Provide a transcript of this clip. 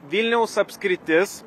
vilniaus apskritis